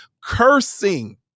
cursing